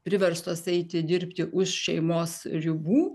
priverstos eiti dirbti už šeimos ribų